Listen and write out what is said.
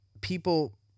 people